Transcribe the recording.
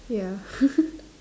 ya